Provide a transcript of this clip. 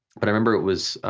but remember it was,